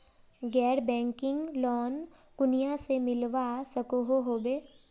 गैर banking loan कुनियाँ से मिलवा सकोहो होबे?